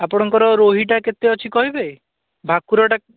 ଆପଣଙ୍କର ରୋହିଟା କେତେ ଅଛି କହିବେ ଭାକୁରଟା